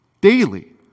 Daily